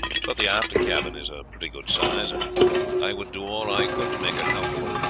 but the after cabin is a pretty good size, and i would do all i could to make her comfortable.